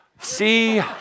See